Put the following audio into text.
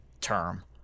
term